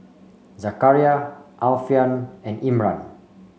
Zakaria Alfian and Imran